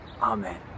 amen